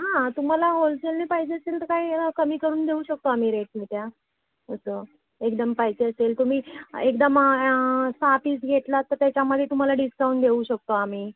हां तुम्हाला होलसेलने पाहिजे असेल तर काही कमी करून देऊ शकू आम्ही रेट मग त्या असं एकदम पाहिजे असेल तुम्ही एकदम सहा पीस घेतला तर त्याच्यामध्ये तुम्हाला डिस्काउंट देऊ शकतो आम्ही